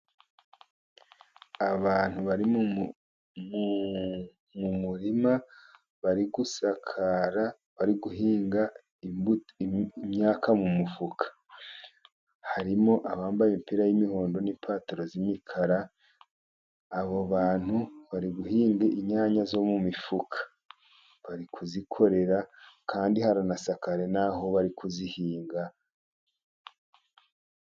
Abantu bari mu murima bari gusakara bari guhinga imyaka mu mufuka. Harimo abambaye imipira y'imihondo n'ipantaro z'imikara. Abo bantu bari guhinga inyanya zo mu mifuka. Bari kuzikorera kandi haranasakaye n'aho bari kuzihinga.